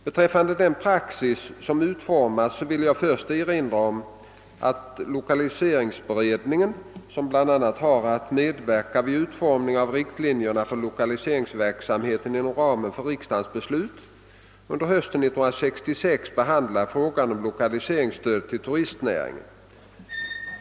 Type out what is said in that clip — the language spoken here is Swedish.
Beträffande den praxis som utformats vill jag först erinra om att lokaliseringsberedningen, som bl.a. har att medverka vid utformningen av riktlinjerna för lokaliseringsverksamheten inom ramen för riksdagens beslut, under hösten 1966 behandlade frågan om lokaliseringsstöd = till turistnäringen.